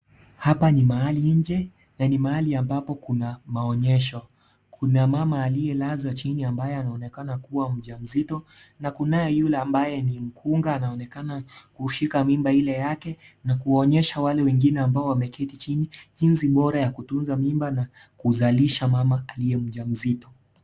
Hapa ni mahali nje na ni mahali ambapo Kuna maonyesho kuna mama aliyelazwa chini ambaye anaonekana kuwa mjamzito na kuna yule mkunga anaonekana kushika ile mimba yake Na kuonyesha wale ambao wameketi chini jinsi bora ya kuketi chini na kuzalisha mama aliye mjamzito.